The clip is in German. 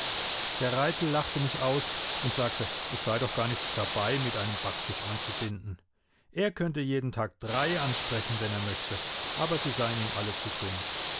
der raithel lachte mich aus und sagte es sei doch gar nichts dabei mit einem backfisch anzubinden er könnte jeden tag drei ansprechen wenn er möchte aber sie seien ihm alle zu dumm